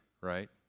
right